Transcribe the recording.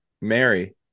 Mary